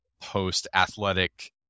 post-athletic